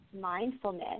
mindfulness